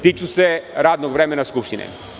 Tiču se radnog vremena skupštine.